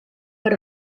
per